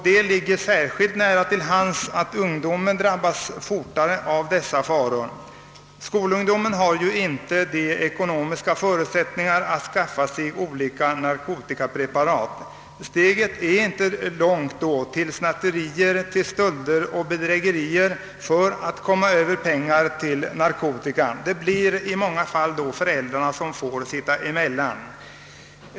Det ligger särskilt nära till hands att ungdomen drabbas fortare av dessa faror. Skolungdomen har inte de ekonomiska förutsättningarna att skaffa sig olika narkotikapreparat. Steget är då inte långt till snatterier, stölder och bedrägerier för att komma över pengar till narkotika. Det blir i många fall föräldrarna som får sitta emellan.